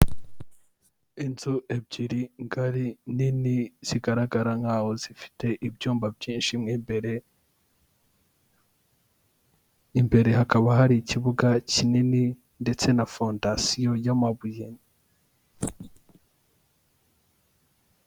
Inzu ebyiri ngari nini zigaragara nkaho zifite ibyumba byinshi mo imbere, imbere hakaba hari ikibuga kinini ndetse na fondasiyo y'amabuye.